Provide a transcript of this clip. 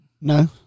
No